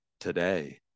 today